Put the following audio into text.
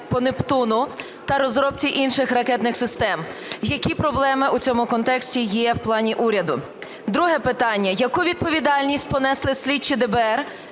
по "Нептуну" та розробці інших ракетних систем? Які проблеми у цьому контексті є в плані уряду? Друге питання. Яку відповідальність понесли слідчі ДБР,